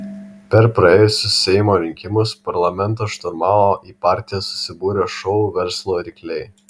per praėjusius seimo rinkimus parlamentą šturmavo į partiją susibūrę šou verslo rykliai